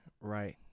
right